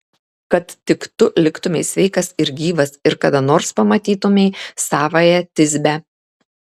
kad tik tu liktumei sveikas ir gyvas ir kada nors pamatytumei savąją tisbę